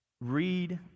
read